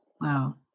wow